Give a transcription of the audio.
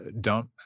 dump